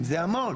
המון,